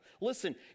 Listen